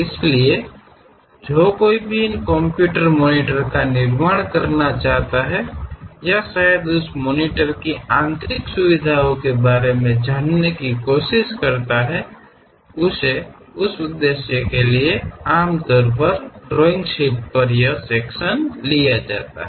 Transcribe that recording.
इसलिए जो कोई भी इन कंप्यूटर मॉनिटर का निर्माण करना चाहता है या शायद उस मॉनिटर के आंतरिक सुविधाओ के बारे में जानने की कोशिश करता है उसे उदेस्य के लिए आमतौर पर ड्राइंग शीट पर यह सेक्शन लिया जाता हैं